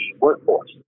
workforce